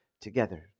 together